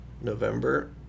November